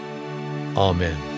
Amen